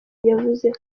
yavuze